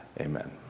amen